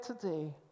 today